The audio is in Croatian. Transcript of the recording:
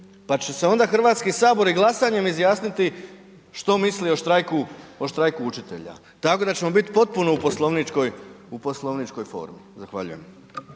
pa će se onda Hrvatski sabor i glasanjem izjasniti što misli o štrajku učitelja tako da ćemo biti u poslovničkoj formi. Zahvaljujem.